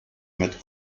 mit